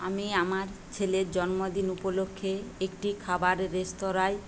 আমি আমার ছেলের জন্মদিন উপলক্ষে একটি খাবার রেস্তোরাঁয়